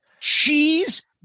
cheese